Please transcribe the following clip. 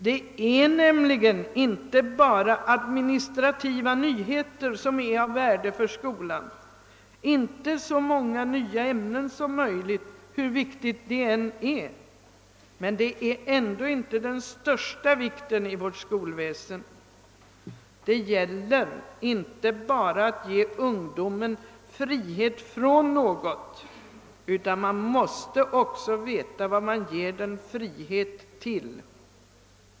Det är nämligen inte bara administrativa nyheter som är av värde för skolan. Hur angeläget det än är med många nya ämnen är detta ändå inte det viktigaste i vårt skolväsen. Det gäller inte bara att ge ungdomen frihet från något, utan man måste också veta vad man ger den frihet till.